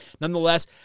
nonetheless